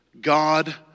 God